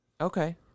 Okay